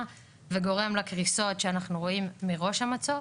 וגורם לקריסות שאנחנו רואים מראש המצוק.